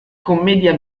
commedia